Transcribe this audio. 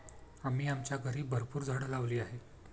आम्ही आमच्या घरी भरपूर झाडं लावली आहेत